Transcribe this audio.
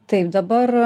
taip dabar